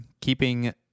keeping